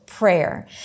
prayer